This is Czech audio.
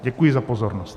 Děkuji za pozornost.